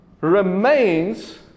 remains